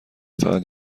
فقط